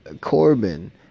Corbin